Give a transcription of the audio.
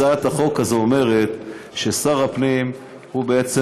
הצעת החוק הזאת אומרת ששר הפנים הוא בעצם